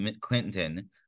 Clinton